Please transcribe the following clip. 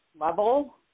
level